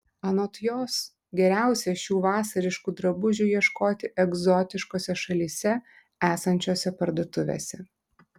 anot jos geriausia šių vasariškų drabužių ieškoti egzotiškose šalyse esančiose parduotuvėse